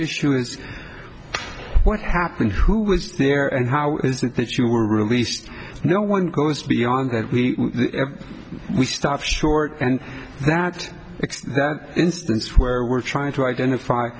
issue is what happened who was there and how is it that you were released no one goes beyond that we we start short and that instance where we're trying to identify